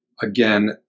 again